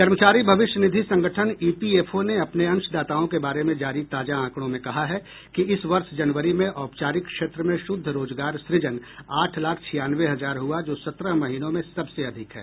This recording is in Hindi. कर्मचारी भविष्यनिधि संगठन ई पी एफ ओ ने अपने अंशदाताओं के बारे में जारी ताजा आंकड़ों में कहा है कि इस वर्ष जनवरी में औपचारिक क्षेत्र में शुद्ध रोजगार सृजन आठ लाख छियानवे हजार हुआ जो सत्रह महीनों में सबसे अधिक है